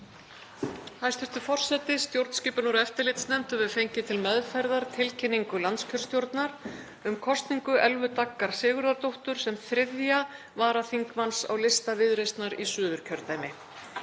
Hæstv. forseti. Stjórnskipunar- og eftirlitsnefnd hefur fengið til meðferðar tilkynningu landskjörstjórnar um kosningu Elvu Daggar Sigurðardóttur sem 3. varaþingmanns á lista Viðreisnar í Suðurkjördæmi.